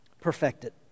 perfected